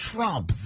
Trump